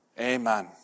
Amen